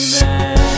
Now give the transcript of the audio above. man